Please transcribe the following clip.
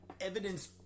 evidence